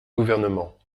gouvernement